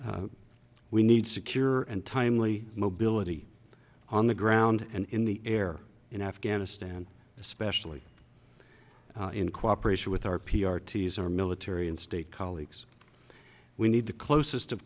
we need secure and timely mobility on the ground and in the air in afghanistan especially in cooperation with our p r t is our military and state colleagues we need to closest of